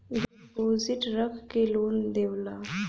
deposit रख के loan देवेला